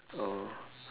oh